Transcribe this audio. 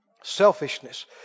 Selfishness